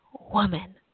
woman